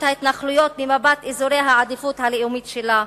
ההתנחלויות במפת העדיפות הלאומית שלה.